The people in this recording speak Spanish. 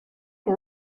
que